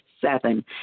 Seven